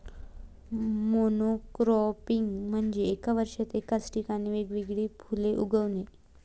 monocropping म्हणजे एका वर्षात एकाच ठिकाणी वेगवेगळी फुले उगवणे